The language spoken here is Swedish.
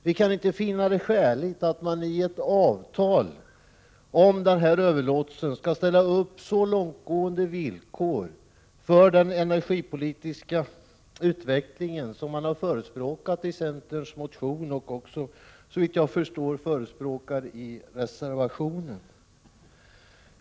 Vi kan inte finna det skäligt att man i ett avtal om denna överlåtelse ställer så långtgående villkor för den energipolitiska utveckling som centern har förespråkat i sin motion och som den också, såvitt jag förstår, förespråkar i sin reservation.